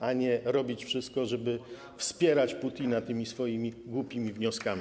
a nie robić wszystko, żeby wspierać Putina tymi swoimi głupimi wnioskami.